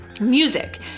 music